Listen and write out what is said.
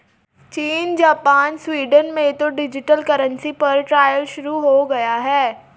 चीन, जापान और स्वीडन में तो डिजिटल करेंसी पर ट्रायल शुरू हो गया है